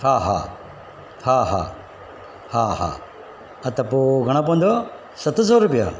हा हा हा हा हा हा त पो घणा पवंदव सत सौ रुपया